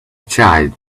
child